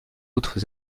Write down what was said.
autres